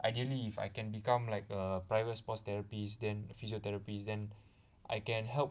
ideally if I can become like a private sports therapist then physiotherapist then I can help